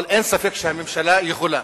אבל אין ספק שהממשלה יכולה.